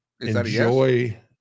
enjoy